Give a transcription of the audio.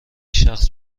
شخص